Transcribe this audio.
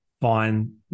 find